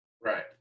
Right